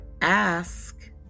Ask